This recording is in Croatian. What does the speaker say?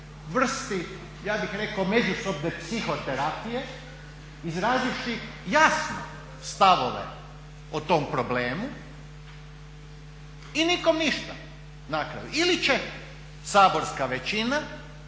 vrsti ja bih rekao međusobne psihoterapije izrazivši jasno stavove o tom problemu i nikom ništa na kraju. Ili će saborska većina